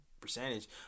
percentage